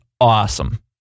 awesome